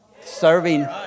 serving